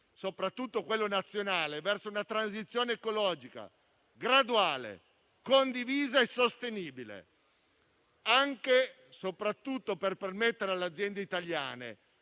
soprattutto quello nazionale, verso una transizione ecologica graduale, condivisa e sostenibile, anche e soprattutto per permettere alle aziende italiane